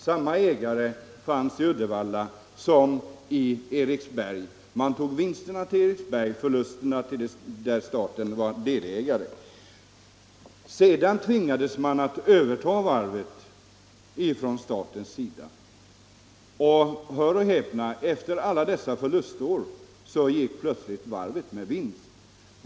Samma ägare fanns i Uddevalla som i Eriksberg — man tog vinsten till Eriksberg, förlusten till det varv där staten var delägare. Sedan tvingades staten överta varvet. Och hör och häpna: Efter alla dessa förlustår gick varvet plötsligt med vinst!